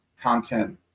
content